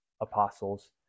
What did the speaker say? apostles